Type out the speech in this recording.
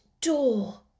door